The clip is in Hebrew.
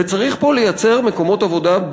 וצריך פה לייצר מקומות עבודה,